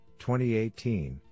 2018